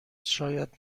شاید